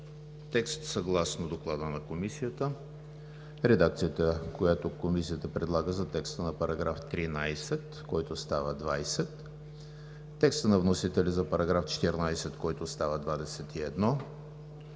текст съгласно Доклада на Комисията; редакцията, която Комисията предлага за текста на § 13, който става 20; текста на вносителя за § 14, който става §